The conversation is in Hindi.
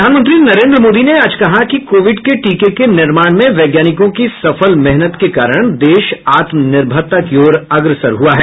प्रधानमंत्री नरेन्द्र मोदी ने आज कहा कि कोविड के टीके के निर्माण में वैज्ञानिकों की सफल मेहनत के कारण देश आत्मनिर्भरता की ओर अग्रसर हुआ है